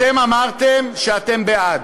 אתם אמרתם שאתם בעד.